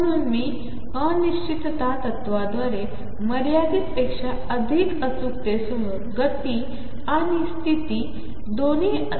म्हणून मीअनिश्चिततातत्त्वाद्वारेमर्यादितपेक्षाअधिकअचूकतेसहगतीआणिस्थितीदोन्हीनिर्धारितकरूशकतनाही